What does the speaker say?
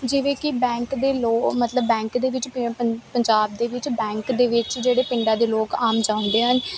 ਜਿਵੇਂ ਕਿ ਬੈਂਕ ਦੇ ਲੋ ਮਤਲਬ ਬੈਂਕ ਦੇ ਵਿੱਚ ਪੰਜਾਬ ਦੇ ਵਿੱਚ ਬੈਂਕ ਦੇ ਵਿੱਚ ਜਿਹੜੇ ਪਿੰਡਾਂ ਦੇ ਲੋਕ ਆਮ ਜਾਂਦੇ ਹਨ